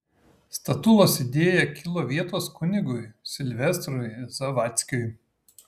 statulos idėja kilo vietos kunigui silvestrui zavadzkiui